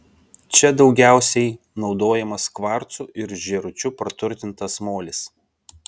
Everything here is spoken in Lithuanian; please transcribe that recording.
čia daugiausiai naudojamas kvarcu ir žėručiu praturtintas molis